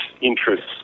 interests